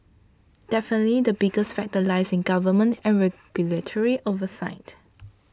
definitely the biggest factor lies in government and regulatory oversight